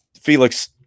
Felix